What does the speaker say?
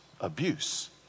abuse